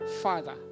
father